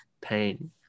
Pain